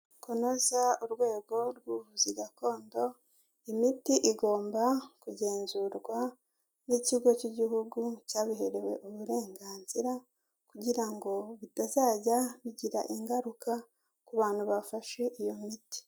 Kunoza urwego rw'ubuvuzi gakondo, imiti igomba kugenzurwa n'ikigo cy'igihugu cyabiherewe uburenganzira kugira ngo bitazajya bigira ingaruka ku bantu bafashe iyo miti.